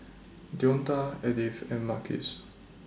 Deonta Edyth and Marquez